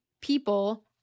people